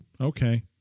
Okay